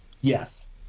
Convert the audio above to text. Yes